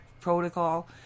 protocol